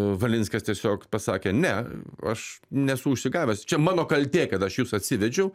valinskas tiesiog pasakė ne aš nesu užsigavęs čia mano kaltė kad aš jus atsivedžiau